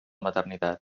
maternitat